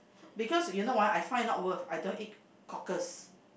because you know why I find not worth I don't eat cockles